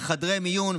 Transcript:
בחדרי מיון,